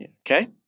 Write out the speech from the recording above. Okay